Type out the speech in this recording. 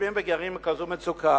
יושבים וגרים בכזאת מצוקה.